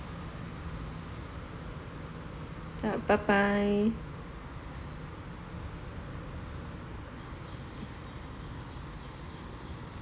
ya bye bye